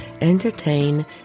entertain